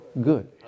good